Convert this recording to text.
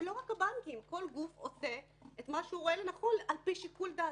ולא רק הבנקים כל גוף עושה מה שהוא רואה לנכון על פי שיקול דעתו.